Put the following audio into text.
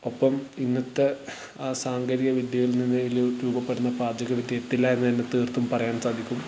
ഒപ്പം ഇന്നത്തെ ആ സാങ്കേതിക വിദ്യയിൽ നിന്ന് രൂപപ്പെടുന്ന പാചക വിദ്യ എത്തില്ല എന്ന് തീർത്തും പറയാൻ സാധിക്കും